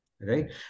right